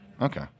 Okay